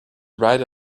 ride